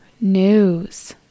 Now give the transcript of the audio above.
news